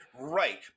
Right